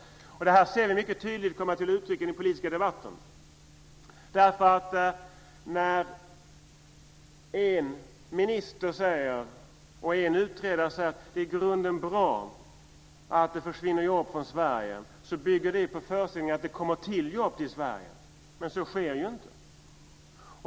Det här ser vi mycket tydligt komma till uttryck i den politiska debatten. När en minister och en utredare säger att det i grunden är bra att det försvinner jobb från Sverige bygger det på föreställningen att det kommer till jobb till Sverige. Men så sker inte.